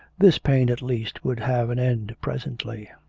this pain, at least, would have an end presently.